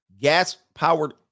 gas-powered